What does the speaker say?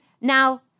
Now